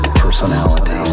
personality